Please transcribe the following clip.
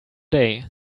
day